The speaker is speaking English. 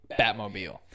Batmobile